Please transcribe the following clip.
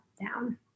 down